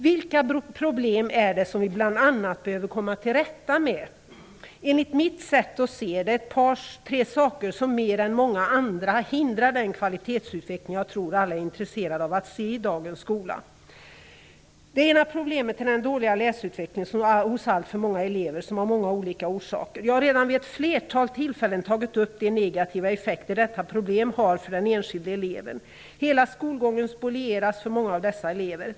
Vilka problem är det vi bl.a. behöver komma till rätta med? Enligt mitt sätt att se är det ett par saker som, mer än många andra, hindrar den kvalitetsutveckling jag tror alla är intresserade av att se i dagens skola. Ett problem är den dåliga läsutvecklingen hos alltför många elever. Den har många olika orsaker. Jag har redan vid ett flertal tillfällen tagit upp de negativa effekter detta problem har för den enskilde eleven. Hela skolgången spolieras för många av dessa elever.